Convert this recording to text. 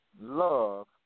love